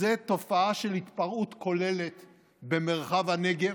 זה תופעה של התפרעות כוללת במרחב הנגב,